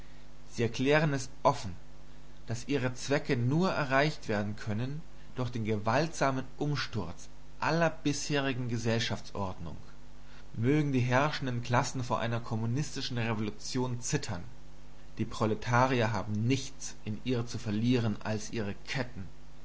sie erklären es offen daß ihre zwecke nur erreicht werden können durch den gewaltsamen umsturz aller bisherigen gesellschaftsordnung mögen die herrschenden klassen vor einer kommunistischen revolution zittern die proletarier haben nichts in ihr zu verlieren als ihre ketten